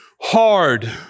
hard